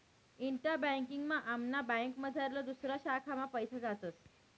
इंटा banking मा आमना बँकमझारला दुसऱा शाखा मा पैसा जातस